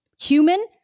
human